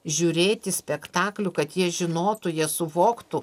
žiūrėti spektaklių kad jie žinotų jie suvoktų